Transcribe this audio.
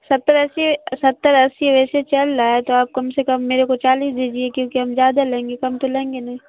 ستر اسی ستر اسی ویسے چل رہا ہے تو آپ کم سے کم میرے کو چالیس دیجیے کیونکہ ہم زیادہ لیں گے کم تو لیں گے نہیں